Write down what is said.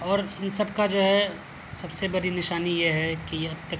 اور ان سب کا جو ہے سب سے بڑی نشانی یہ ہے کہ اب تک